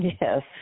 Yes